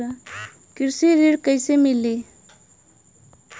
कृषि ऋण कैसे मिली?